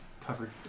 covered